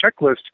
checklist